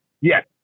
yes